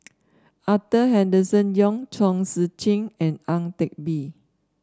Arthur Henderson Young Chong Tze Chien and Ang Teck Bee